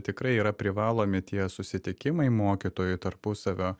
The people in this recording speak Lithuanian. tikrai yra privalomi tie susitikimai mokytojų tarpusavio